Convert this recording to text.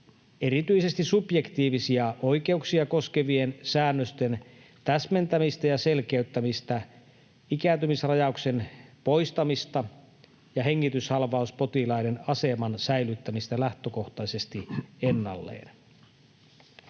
erityisesti subjektiivisia oikeuksia koskevien säännösten täsmentämistä ja selkeyttämistä, ikääntymisrajauksen poistamista ja hengityshalvauspotilaiden aseman säilyttämistä lähtökohtaisesti ennallaan.